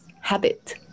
habit